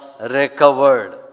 recovered